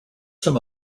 some